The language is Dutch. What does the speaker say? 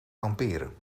kamperen